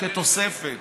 כתוספת